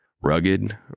rugged